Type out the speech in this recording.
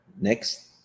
Next